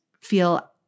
feel